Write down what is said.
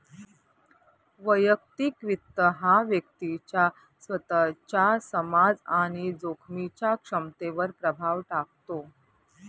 वैयक्तिक वित्त हा व्यक्तीच्या स्वतःच्या समज आणि जोखमीच्या क्षमतेवर प्रभाव टाकतो